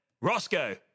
Roscoe